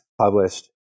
published